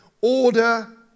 order